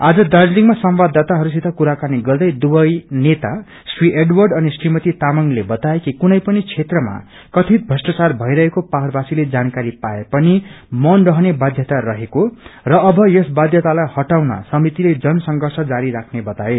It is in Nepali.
आज दार्जीलिङमा संवाददाताहरूसित कुराकानी गर्दै दुवै नेता श्री एर्डवड अनि श्रीमती तामंगले बताए कि कुनै पनि क्षेत्रमा कथित भ्रष्टाचार भईरहेको पहाड़वासीले जानकारी पाए पनि मौन रहने बाध्यता रहेको र अव यस बाध्यतालाई दूर गर्न समितिले जन संर्षष जारी राख्ने बताए